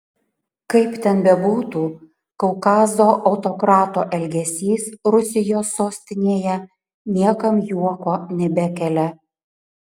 kaip ten bebūtų kaukazo autokrato elgesys rusijos sostinėje niekam juoko nebekelia